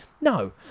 No